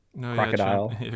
crocodile